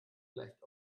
gleicht